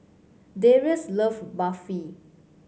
Darrius love Barfi